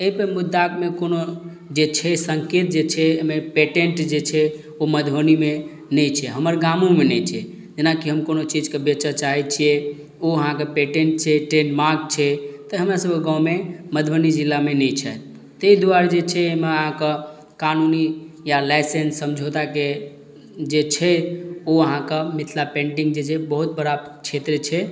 एहि सब मुद्दामे कोनो जे छै सङ्केत जे छै एहिमे पेटेन्ट जे छै ओ मधुबनीमे नहि छै हमर गामोमे नहि छै जेनाकि हम कोनो चीजके बेचऽ चाहै छियै ओ आहाँके पेटेंट छै ट्रेड मार्क छथि तऽ हमरा सबके गाँवमे मधुबनी जिलामे नहि छथि तै दुआरे जे छै अइमे आहाँकऽ कानूनी या लाइसेंस समझोताके जे छै ओ आहाँकऽ मिथिला पेन्टिंग जे छै बहुत बड़ा क्षेत्र छै